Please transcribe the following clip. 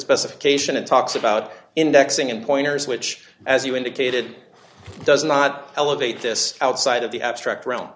specification it talks about indexing and pointers which as you indicated does not elevate this outside of the abstract r